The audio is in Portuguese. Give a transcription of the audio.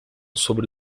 sobre